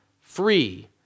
free